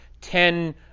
ten